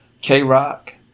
K-Rock